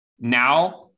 now